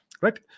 Right